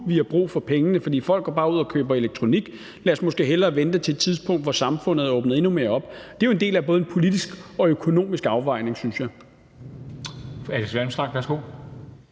de har brug for pengene, fordi folk jo bare går ud og køber elektronik; det er måske bedre at vente til et tidspunkt, hvor samfundet er åbnet endnu mere op. Det er jo en del af både en politisk og økonomisk afvejning, synes jeg.